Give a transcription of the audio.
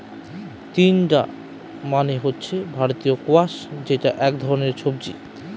তিনডা মানে হচ্ছে ভারতীয় স্কোয়াশ যেটা এক ধরনের সবজি